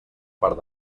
part